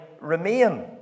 remain